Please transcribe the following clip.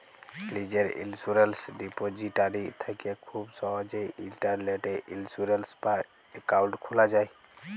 লীজের insurance depository থ্যাকে খুব সহজেই ইলটারলেটে ইলসুরেলস বা একাউল্ট খুলা যায়